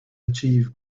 achieve